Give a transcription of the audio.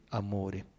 amore